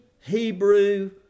Hebrew